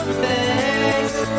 face